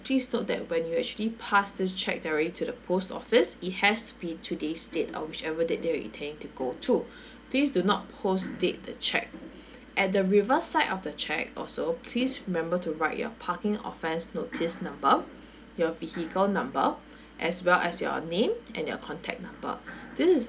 please note that when you actually pass this check they're ready to the post office it has to be today's date or whichever date that you're intending to go to please do not post date the check at the reverse side of the check also please remember to write your parking offence notice number your vehicle number as well as your name and your contact number this is